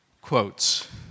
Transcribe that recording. quotes